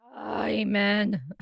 Amen